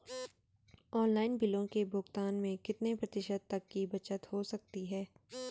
Online बिलों के भुगतान में कितने प्रतिशत तक की बचत हो सकती है?